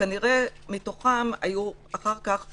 שכנראה מתוכם היו אחר כך תלה"מים.